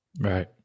Right